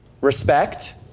respect